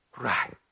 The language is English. right